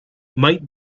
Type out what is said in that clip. might